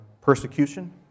persecution